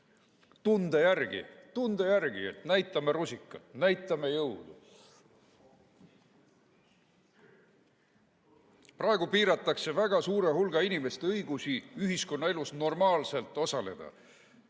et tunde järgi näitame rusikat, näitame jõudu. Praegu piiratakse väga suure hulga inimeste õigusi ühiskonnaelus normaalselt osaleda